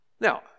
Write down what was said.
Now